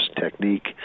technique